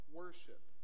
worship